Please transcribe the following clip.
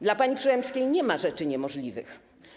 Dla pani Przyłębskiej nie ma rzeczy niemożliwych.